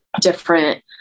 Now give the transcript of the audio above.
different